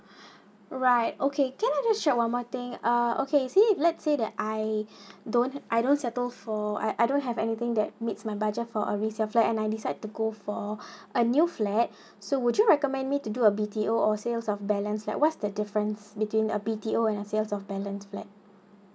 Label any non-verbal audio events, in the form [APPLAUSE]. [BREATH] right okay can you show one more thing uh okay see let say that I [BREATH] don't I don't settle for I don't have anything that makes my budget for a resale flat and I decide to go for [BREATH] a new flat [BREATH] so would you recommend me to do a B_T_O or sales of balance like what's the difference between a B_T_O and a sales of balance flat